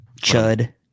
Chud